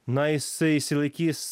na jisai išsilaikys